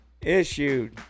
Issued